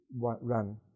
run